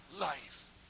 life